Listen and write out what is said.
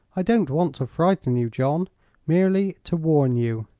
i don't want to frighten you, john merely to warn you.